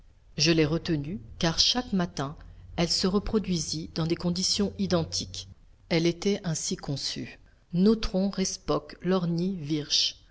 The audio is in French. je l'ai retenue car chaque matin elle se reproduisit dans des conditions identiques elle était ainsi conçue nautron respoc lorni virch